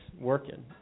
working